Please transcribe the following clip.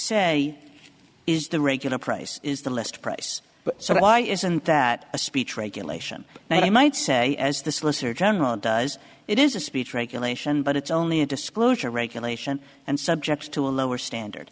say is the regular price is the list price so why isn't that a speech regulation they might say as the solicitor general does it is a speech regulation but it's only a disclosure regulation and subjects to a lower standard